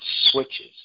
switches